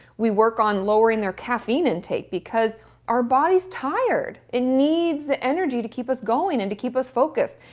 we work on lowering their caffeine intake, because our body's tired. it needs the energy to keep us going and to keep us focused.